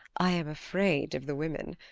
i am afraid of the women.